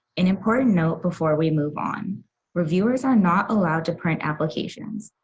an important note before we move on reviewers are not allowed to print applications.